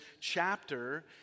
chapter